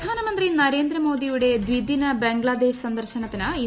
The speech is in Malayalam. പ്രധാനമന്ത്രി നരേന്ദ്ര മോദിയുടെ ദ്വിദിന ബംഗ്ലാദേശ് സന്ദർശനത്തിന് ഇന്ന് തുടക്കം